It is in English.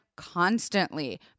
constantly